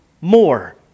more